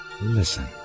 Listen